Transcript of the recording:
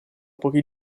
pochi